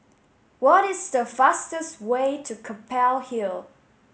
what is the fastest way to Keppel Hill